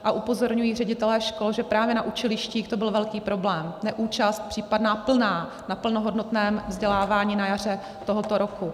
A upozorňují ředitelé škol, že právě na učilištích to byl velký problém neúčast případná plná na plnohodnotném vzdělávání na jaře tohoto roku.